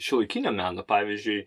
šiuolaikinio meno pavyzdžiui